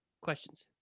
questions